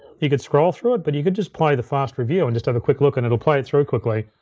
you could scroll through it, but you could just play the fast review and just take a quick look and it'll play it through quickly.